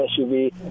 SUV